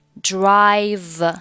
drive